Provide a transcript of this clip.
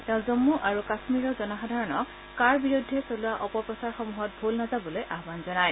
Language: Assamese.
তেওঁ জম্মু আৰু কাশ্মীৰৰ জনসাধাৰণক কাৰ বিৰুদ্ধে চলোৱা অপপ্ৰচাৰসমূহত ভোল নাযাবলৈ আহান জনায়